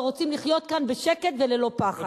ורוצים לחיות כאן בשקט וללא פחד.